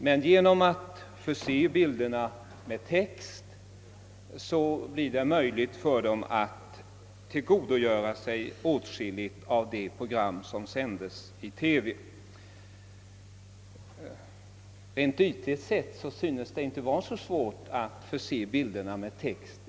Men om man förser bilderna med text blir det möjligt för dessa människor att tillgodogöra sig åtskilliga av de program som sänds i TV. Ytligt sett verkar det inte vara så svårt att förse bilderna med text.